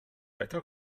better